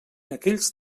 aquells